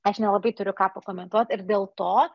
aš nelabai turiu ką pakomentuot ir dėl to